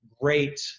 great